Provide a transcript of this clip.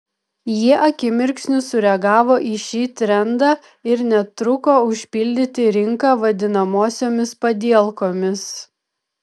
jie akimirksniu sureagavo į šį trendą ir netruko užpildyti rinką vadinamosiomis padielkomis